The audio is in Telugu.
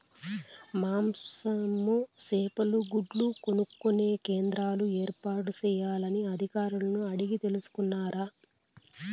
మాంసము, చేపలు, గుడ్లు కొనుక్కొనే కేంద్రాలు ఏర్పాటు చేయాలని అధికారులను అడిగి తెలుసుకున్నారా?